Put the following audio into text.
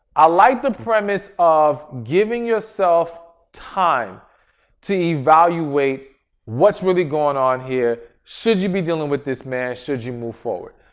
i like the premise of giving yourself time to evaluate what's really going on here? should you be dealing with this man or should you move forward?